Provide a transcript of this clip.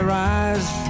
rise